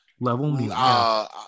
level